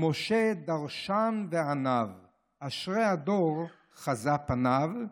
משה דרשן ועניו / אשרי הדור חזה פניו.